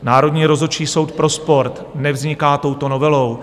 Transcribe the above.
Národní rozhodčí soud pro sport nevzniká touto novelou.